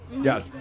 Yes